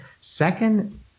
Second